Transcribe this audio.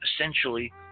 essentially